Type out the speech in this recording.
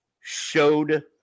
showed